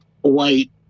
white